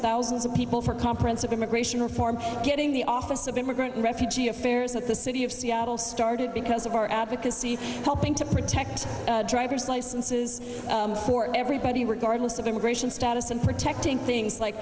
thousands of people for comprehensive immigration reform getting the office of immigrant refugee affairs at the city of seattle started because of our advocacy helping to protect driver's licenses for everybody regardless of immigration status and protecting things like